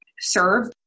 serve